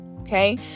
okay